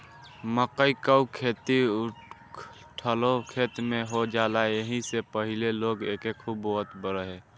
मकई कअ खेती उखठलो खेत में हो जाला एही से पहिले लोग एके खूब बोअत रहे